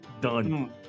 Done